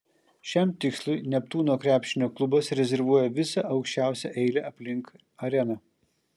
šiam tikslui neptūno krepšinio klubas rezervuoja visą aukščiausią eilę aplink areną